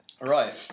Right